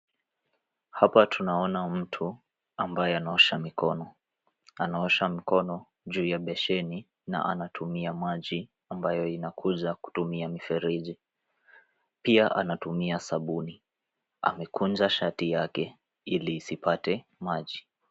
Hapa tunaona mtu ambaye anaosha mikono. Anaosha mkono juu ya besheni na anatumia maji ambayo inakuja kutumia mifereji. Pia anatumia sabuni. Amekunja sharti yake ili isipate maji.